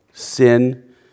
Sin